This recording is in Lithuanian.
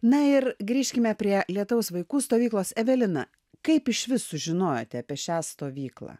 na ir grįžkime prie lietaus vaikų stovyklos evelina kaip išvis sužinojote apie šią stovyklą